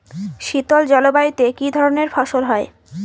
শীতল জলবায়ুতে কি ধরনের ফসল হয়?